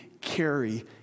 carry